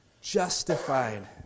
justified